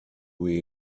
way